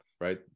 right